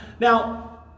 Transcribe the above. now